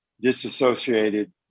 disassociated